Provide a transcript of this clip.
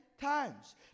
times